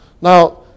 Now